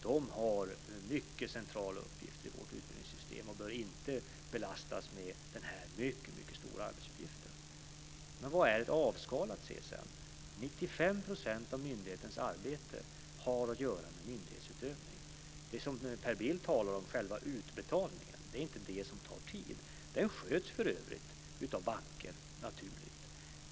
De har en mycket central uppgift i vårt utbildningssystem och bör inte belastas med den här mycket stora arbetsuppgiften. Vad är ett avskalat CSN? 95 % av myndighetens arbete har att göra med myndighetsutövning. Det som Per Bill som talar om, själva utbetalningen, är inte det som tar tid. Den sköts för övrigt av banken naturligt.